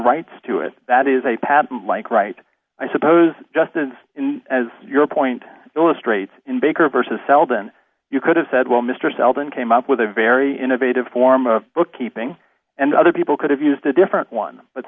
rights to it that is a patent like right i suppose justin's as your point illustrates in baker versus seldon you could have said well mr selden came up with a very innovative form of bookkeeping and other people could have used a different one but